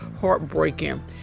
heartbreaking